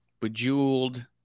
bejeweled